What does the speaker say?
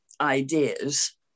ideas